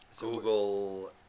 Google